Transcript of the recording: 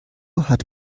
hat